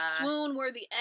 swoon-worthy